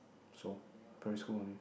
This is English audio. so primary school only